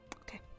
Okay